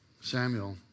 Samuel